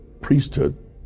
priesthood